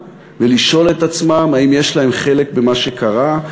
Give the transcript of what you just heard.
ולשאול את עצמם: האם יש להם חלק במה שקרה?